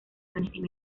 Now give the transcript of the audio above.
soluciones